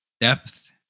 depth